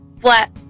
flat